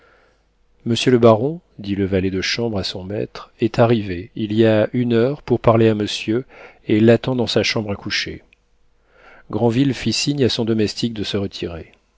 monsieur le baron dit le valet de chambre à son maître est arrivé il y a une heure pour parler à monsieur et l'attend dans sa chambre à coucher granville fit signe à son domestique de se retirer